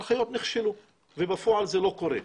ההנחיות נכשלו ובפועל זה לא קורה,